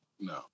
no